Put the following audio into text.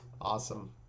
Awesome